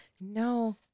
No